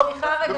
יש